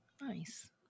Nice